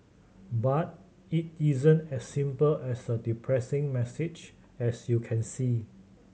but it isn't as simple as a depressing message as you can see